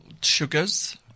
sugars